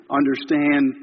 understand